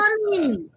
money